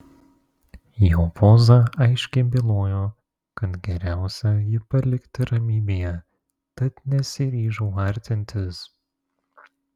jo poza aiškiai bylojo kad geriausia jį palikti ramybėje tad nesiryžau artintis